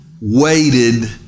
waited